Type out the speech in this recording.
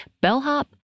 bellhop